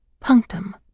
Punctum